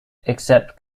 except